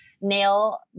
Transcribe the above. nail